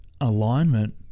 alignment